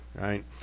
right